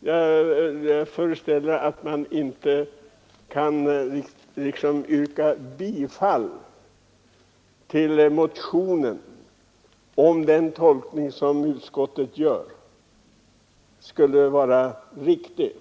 Jag föreställer mig att jag inte bara kan yrka bifall till motionen, om den tolkning som utskottet gör skulle vara riktig.